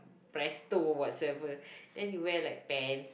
Presto whatsoever then you wear like pants